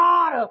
God